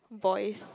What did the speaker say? boys